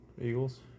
Eagles